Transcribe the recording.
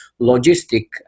logistic